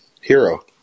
hero